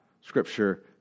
Scripture